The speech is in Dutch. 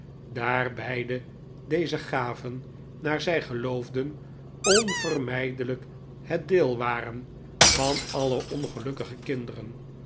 daar beide deze gaven naar zij geloof den onvermijdelijk het deel waren van alle ongelukkige kinderen